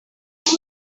kuri